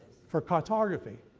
for cartography.